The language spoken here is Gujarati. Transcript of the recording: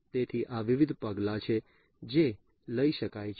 તેથી આ વિવિધ પગલાં છે જે લઈ શકાય છે